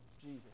Jesus